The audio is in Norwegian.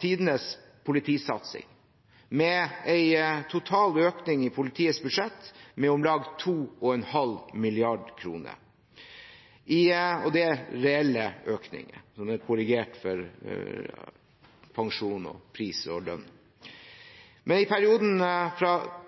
tidenes politisatsing, med en total økning i politiets budsjett på om lag 2,5 mrd. kr. Det er reelle økninger, det er korrigert for pensjon, pris og lønn. Men i perioden fra